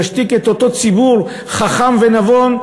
ישתיק את אותו ציבור חכם ונבון,